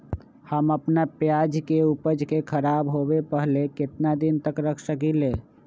हम अपना प्याज के ऊपज के खराब होबे पहले कितना दिन तक रख सकीं ले?